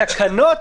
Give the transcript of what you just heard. התקנות,